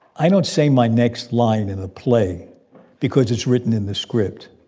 i don't say my next line in the play because it's written in the script,